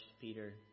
Peter